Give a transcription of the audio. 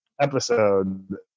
episode